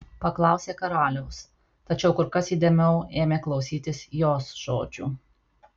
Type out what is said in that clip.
paklausė karalius tačiau kur kas įdėmiau ėmė klausytis jos žodžių